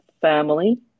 family